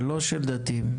בדימונה,